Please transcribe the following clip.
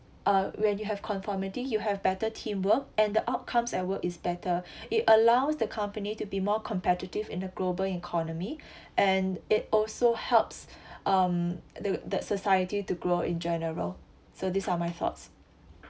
uh when you have conformity you have better teamwork and the outcomes at work is better it allows the company to be more competitive in the global economy and it also helps um the that society to grow in general so these are my thoughts